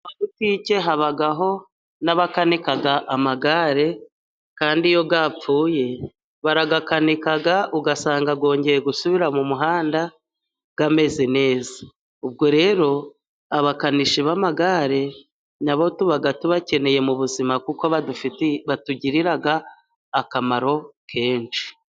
Ku mabutike habaho n'abakanika amagare, kandi iyo yapfuye barayakanika ugasanga yongeye gusubira mu muhanda ameze neza. Ubwo rero abakanishi b'amagare nabo tuba tubakeneye mu buzima, kuko batugirira akamaro kenshi.